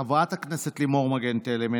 חברת הכנסת לימור מגן תלם,